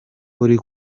uri